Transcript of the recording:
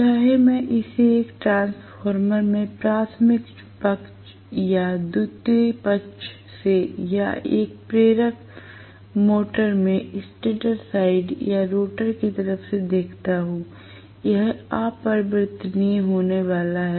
चाहे मैं इसे एक ट्रांसफार्मर में प्राथमिक पक्ष या द्वितीयक पक्ष से या एक प्रेरक मोटर में स्टेटर साइड या रोटर की तरफ से देखता हूं यह अपरिवर्तनीय होने वाला है